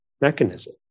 mechanism